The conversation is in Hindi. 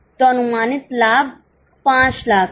तो अनुमानित लाभ 5 लाख है